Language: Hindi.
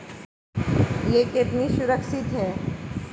यह कितना सुरक्षित है?